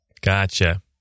Gotcha